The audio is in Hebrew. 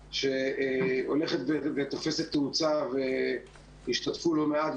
שהולכת ותופסת תאוצה והשתתפו בה לא מעט,